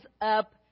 up